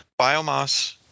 biomass